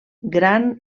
gran